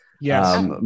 Yes